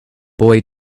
boy